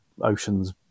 Oceans